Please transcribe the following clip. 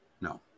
No